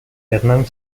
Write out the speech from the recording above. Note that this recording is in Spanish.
hernán